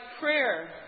prayer